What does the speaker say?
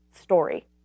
story